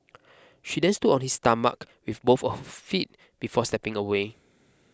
she then stood on his stomach with both of her feet before stepping away